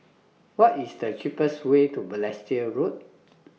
What IS The cheapest Way to Balestier Road